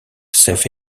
save